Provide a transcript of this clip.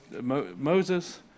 Moses